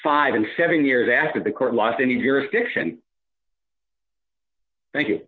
five and seven years after the court lost any jurisdiction thank you